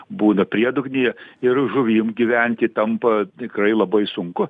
būna priedugnyje ir žuvim gyventi tampa tikrai labai sunku